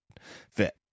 fit